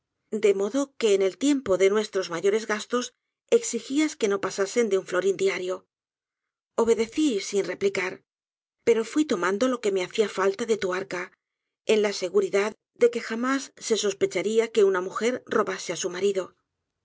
de modo que en el tiempo de nuestros mayores gastos exigías que no pasasen de un florín diario obedecí sin replicar pero fui tomando lo que me hacia falta de tu arca en la seguridad de que jamás se sospecharía que una mujer robase á su marido